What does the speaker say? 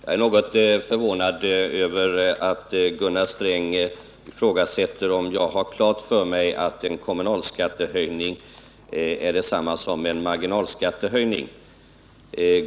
Herr talman! Jag är något förvånad över att Gunnar Sträng ifrågasätter om jag har klart för mig att en kommunal skattehöjning är detsamma som en marginalskattehöjning.